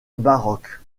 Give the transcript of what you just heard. baroques